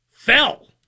Fell